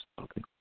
Okay